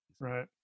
right